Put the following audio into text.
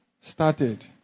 started